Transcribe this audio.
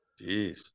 Jeez